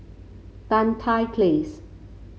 Tan Tye Place